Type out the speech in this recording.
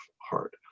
heart